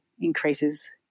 increases